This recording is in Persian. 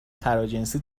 تراجنسی